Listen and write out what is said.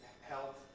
health